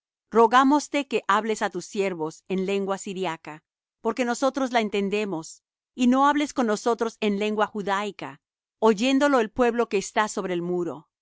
rabsaces rogámoste que hables á tus siervos en lengua siriaca porque nosotros la entendemos y no hables con nosotros en lengua judáica oyéndolo el pueblo que está sobre el muro